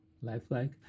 lifelike